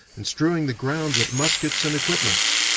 and strewing the ground with muskets and equipments.